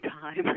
time